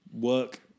work